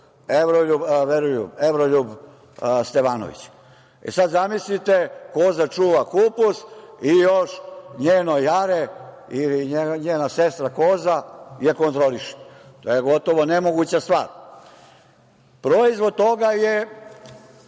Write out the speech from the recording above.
Veroljub Stevanović? Sada, zamislite, koza čuva kupus i još njeno jare ili sestra koza je kontroliše? To je gotovo nemoguća stvar. Proizvod toga je